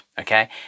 Okay